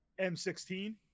M16